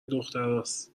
دخترهاست